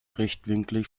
rechtwinklig